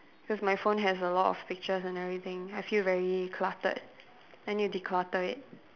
cause my phone has a lot of pictures and everything I feel very cluttered I need to declutter it